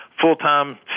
full-time